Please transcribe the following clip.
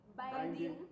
binding